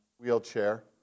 wheelchair